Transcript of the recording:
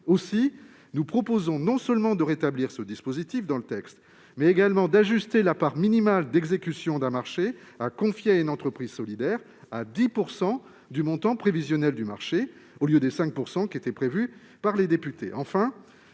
Nous proposons donc non seulement de rétablir le dispositif dans le texte, mais également d'ajuster la part minimale d'exécution d'un marché à confier à une entreprise solidaire à 10 % du montant prévisionnel du marché, au lieu des 5 % prévus par les députés.